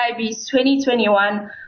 2021